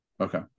Okay